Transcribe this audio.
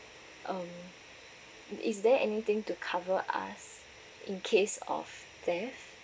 um is there anything to cover us in case of theft